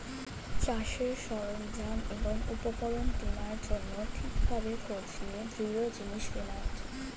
চাষের সরঞ্জাম এবং উপকরণ কেনার জন্যে ঠিক ভাবে খোঁজ নিয়ে দৃঢ় জিনিস কেনা উচিত